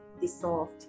dissolved